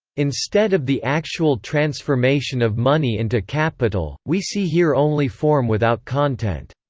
instead of the actual transformation of money into capital, we see here only form without content.